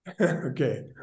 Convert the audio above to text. Okay